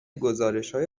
گزارشهای